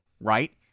right